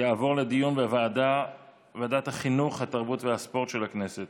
2020, לוועדת החינוך, התרבות והספורט נתקבלה.